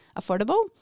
affordable